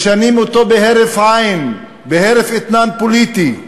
משנים אותו בהרף עין, בהרף אתנן פוליטי,